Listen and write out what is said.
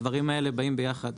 הדברים האלה באים ביחד.